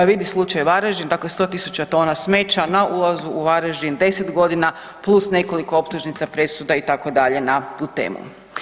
Vidi slučaj Varaždin, dakle 100 tisuća tona smeća na ulazu u Varaždin 10 godina plus nekoliko optužnica, presuda itd. na tu temu.